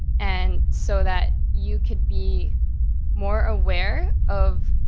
and so that you could be more aware of